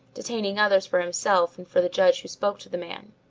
detaining others for himself and for the judge who spoke to the man.